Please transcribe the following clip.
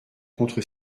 contre